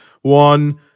One